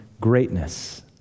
greatness